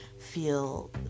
feel